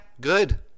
good